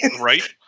Right